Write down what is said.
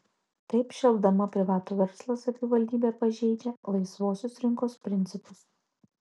taip šelpdama privatų verslą savivaldybė pažeidžia laisvosios rinkos principus